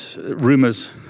rumors